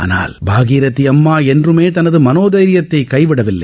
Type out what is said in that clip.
ஆனால் பாரேதி அம்மாள் என்றுமே நமது மனோதைரியத்தை கைவிட வில்லை